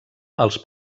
als